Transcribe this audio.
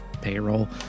Payroll